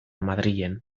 madrilen